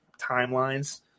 timelines